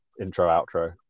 Intro-outro